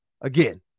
again